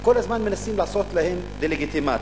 כל הזמן מנסים לעשות להם דה-לגיטימציה.